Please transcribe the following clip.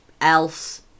else